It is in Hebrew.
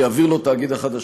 שיעביר לו תאגיד החדשות.